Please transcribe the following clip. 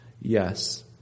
yes